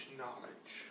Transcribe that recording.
knowledge